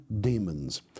demons